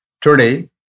Today